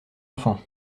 enfant